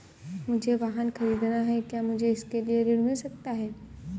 मुझे वाहन ख़रीदना है क्या मुझे इसके लिए ऋण मिल सकता है?